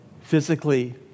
physically